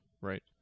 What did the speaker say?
right